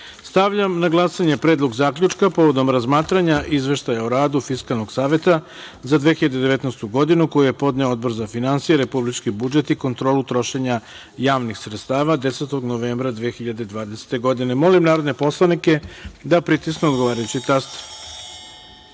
na glasanje Predlog zaključka povodom razmatranja Izveštaja o radu Fiskalnog saveta za 2019. godinu, koji je podneo Odbor za finansije, republički budžet i kontrolu trošenja javnih sredstava 10. novembra 2020. godine. Molim narodne poslanike da pritisnu odgovarajući